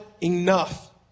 enough